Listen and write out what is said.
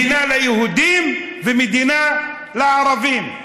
מדינה ליהודים ומדינה לערבים,